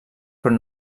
però